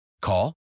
Call